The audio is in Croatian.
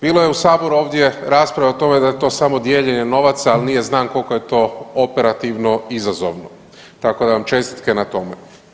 Bila je u saboru ovdje rasprava o tome da je to samo dijeljenje novaca, al nije znan koliko je to operativno izazovno, tako da vam čestitke na tome.